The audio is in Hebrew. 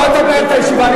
לא אתה מנהל את הישיבה,